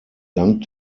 dank